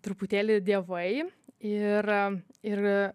truputėlį dievai ir ir